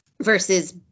versus